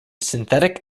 synthetic